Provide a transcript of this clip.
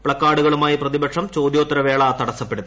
പ്ല കാർഡുകളുമായി പ്രതിപക്ഷം ചോദ്യോത്തരവേള തടസ്സപ്പെടുത്തി